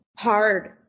hard